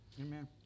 Amen